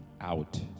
out